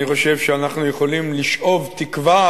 אני חושב שאנחנו יכולים לשאוב תקווה,